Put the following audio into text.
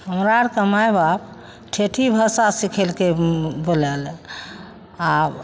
हमरा आरके माइ बाप ठेठी भाषा सीखेलकै बोलै लए आब